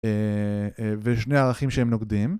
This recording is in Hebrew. ושני הערכים שהם נוגדים